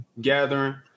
gathering